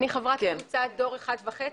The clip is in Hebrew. אני חברת 'קבוצת דור 1.5',